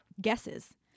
guesses